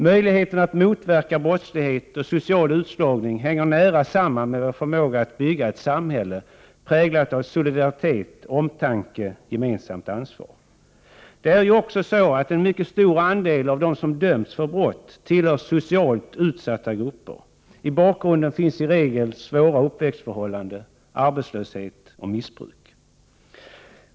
Möjligheterna att motverka brottslighet och social utslagning hänger nära samman med vår förmåga att bygga ett samhälle präglat av solidaritet, omtanke och gemensamt ansvar. En mycket stor andel av dem som döms för brott tillhör socialt utsatta grupper. I bakgrunden finns i regel svåra uppväxtförhållanden, arbetslöshet och missbruk.